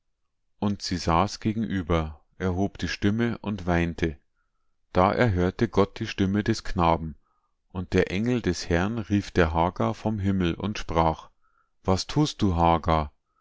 und sie saß gegenüber erhob die stimme und weinte da erhörte gott die stimme des knaben und der engel des herrn rief der hagar vom himmel und sprach was tust du hagar